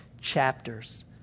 chapters